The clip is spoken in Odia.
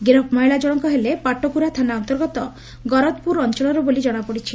ଗିରଫ ମହିଳା ଜଶଙ୍କ ହେଲେ ପାଟକୁରା ଥାନା ଅନ୍ତର୍ଗତ ଗରଦପୁର ଅଅଳର ବୋଲି ଜଣାପଡ଼ିଛି